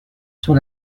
sur